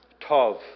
tov